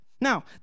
Now